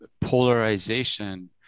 polarization